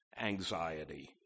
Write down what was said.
anxiety